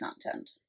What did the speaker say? content